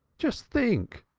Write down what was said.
just think!